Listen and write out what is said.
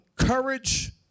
courage